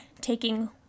taking